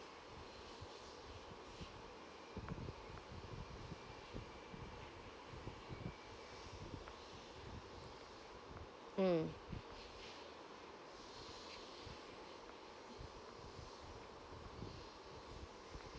mm